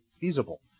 feasible